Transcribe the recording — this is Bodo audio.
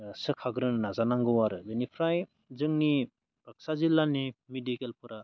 सोखाग्रोनो नाजानांगौ आरो बिनिफ्राय जोंनि बाक्सा जिल्लानि मिडिकेलफोरा